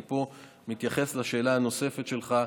אני פה מתייחס לשאלה הנוספת שלך,